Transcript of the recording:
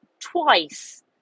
twice